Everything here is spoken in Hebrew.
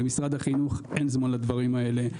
למשרד החינוך אין זמן לדברים האלה,